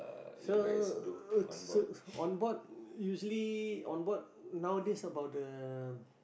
so uh so on board usually on board nowadays about the